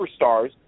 Superstars